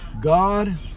God